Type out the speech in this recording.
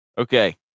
Okay